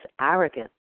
arrogant